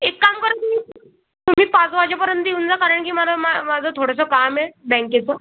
एक काम करा तुम्ही तुम्ही पाच वाजेपर्यंत येऊन जा कारण की मला मा माझं थोडंसं काम आहे बँकेचं